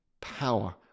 power